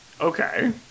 Okay